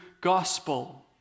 gospel